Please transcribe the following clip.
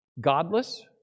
Godless